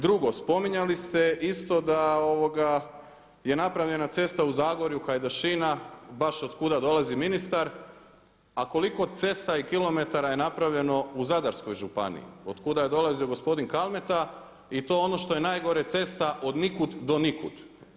Drugo, spominjali ste isto da je napravljena cesta u Zagorju Hajdašina baš od kuda dolazi ministar, a koliko cesta i kilometara je napravljeno u Zadarskoj županiji od kuda je dolazio gospodin Kalmeta i to ono što je najgore cesta od nikud do nikud.